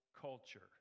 culture